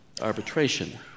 Arbitration